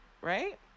right